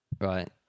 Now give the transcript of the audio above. right